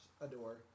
Adore